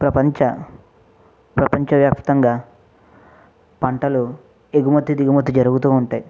ప్రపంచ ప్రపంచవ్యాప్తంగా పంటలు ఎగుమతి దిగుమతి జరుగుతు ఉంటాయి